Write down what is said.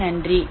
மிக்க நன்றி